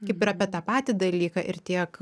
kaip ir apie tą patį dalyką ir tiek